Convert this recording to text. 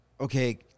okay –